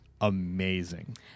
amazing